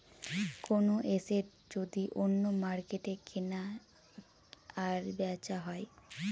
কোনো এসেট যদি অন্য মার্কেটে কেনা আর বেচা হয়